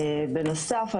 בנוסף,